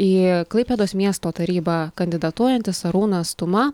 į klaipėdos miesto tarybą kandidatuojantis arūnas tuma